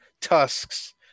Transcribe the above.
tusks